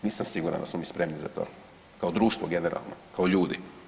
Nisam siguran da smo mi spremni za to kao društvo generalno, kao ljudi.